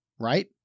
Right